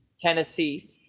tennessee